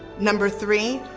number three,